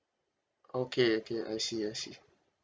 okay okay I see I see